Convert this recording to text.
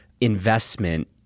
investment